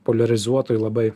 poliarizuotoj labai